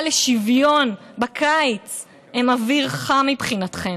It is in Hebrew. לשוויון בקיץ הם אוויר חם מבחינתכם.